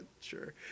sure